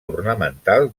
ornamental